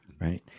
right